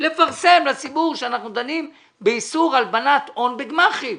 לפרסם לציבור שאנחנו דנים באיסור הלבנת הון בגמ"חים.